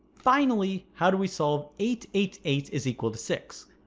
finally how do we solve eight eight eight is equal to six?